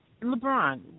LeBron